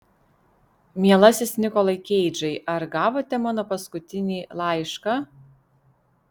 mielasis nikolai keidžai ar gavote mano paskutinį laišką